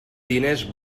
diners